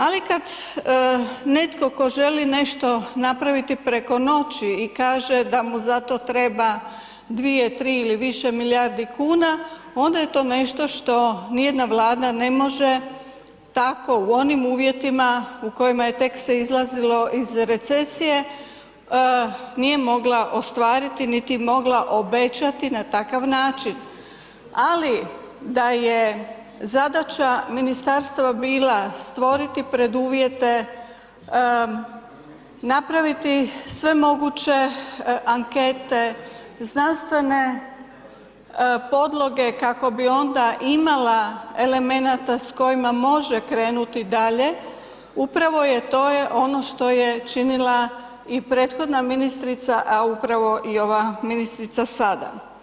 Ali kad netko tko želi nešto napraviti preko noći kaže da u za to treba 2, 3 ili više milijardi kuna onda je to nešto što nijedna vlada ne može tako u onim uvjetima u kojima je tek se izlazilo iz recesije, nije mogla ostvariti, niti mogla obećati na takav način, ali da je zadaća ministarstva bila stvoriti preduvjete, napraviti sve moguće ankete, znanstvene podloge kako bi onda imala elemenata s kojima može krenuti dalje upravo je, to je ono što je činila i prethodna ministrica, a upravo i ova ministrica sada.